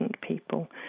people